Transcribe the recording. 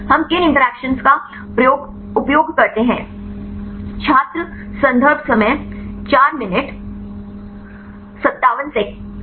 हम किन इंटरैक्शन का उपयोग करते हैं